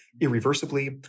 irreversibly